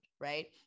right